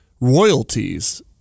royalties